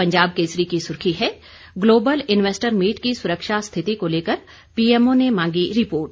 पंजाब केसरी की सुर्खी है ग्लोबल इन्वेस्टर मीट की सुरक्षा स्थिति को लेकर पीएमओ ने मांगी रिपोर्ट